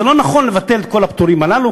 זה לא נכון לבטל את כל הפטורים האלה,